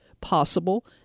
possible